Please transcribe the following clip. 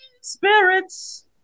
Spirits